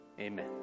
Amen